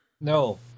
No